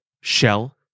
shell